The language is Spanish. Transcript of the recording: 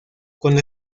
cuando